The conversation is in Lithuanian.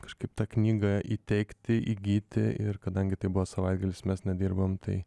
kažkaip ta knyga įteikti įgyti ir kadangi tai buvo savaitgalis mes nudirbom tai